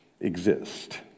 exist